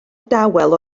dawel